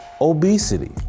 obesity